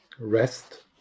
Rest